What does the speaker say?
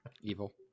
evil